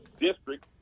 district